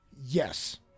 Yes